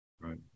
Right